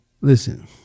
Listen